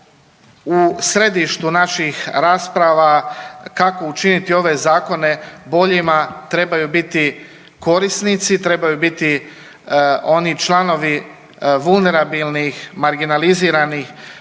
U središtu naših rasprava kako učiniti ove zakone boljima trebaju biti korisnici, trebaju biti oni članovi vulnerabilnih, marginaliziranih